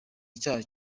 icyaha